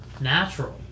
natural